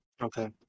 Okay